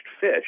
fish